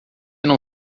não